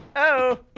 eyoo